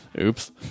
Oops